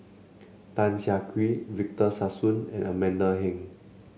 Tan Siah Kwee Victor Sassoon and Amanda Heng